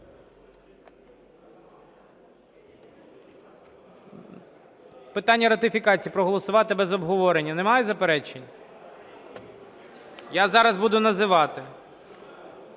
питання ратифікації проголосувати без обговорення. Немає заперечень? Я зараз буду називати.